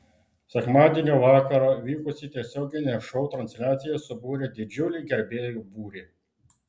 sekmadienio vakarą vykusi tiesioginė šou transliacija subūrė didžiulį gerbėjų būrį